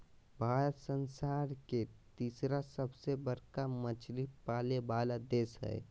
भारत संसार के तिसरा सबसे बडका मछली पाले वाला देश हइ